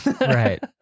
Right